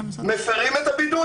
מפרים את הבידוד,